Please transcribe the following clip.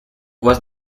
was